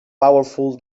powerful